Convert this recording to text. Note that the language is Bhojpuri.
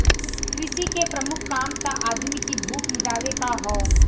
कृषि के प्रमुख काम त आदमी की भूख मिटावे क हौ